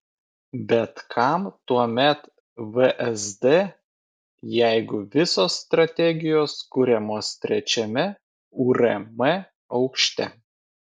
bet kam tuomet vsd jeigu visos strategijos kuriamos trečiame urm aukšte